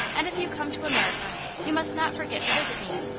and if you come to america you must not forget to visit me.